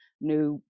new